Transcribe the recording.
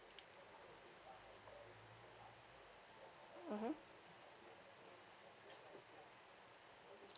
mmhmm